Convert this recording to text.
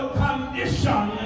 condition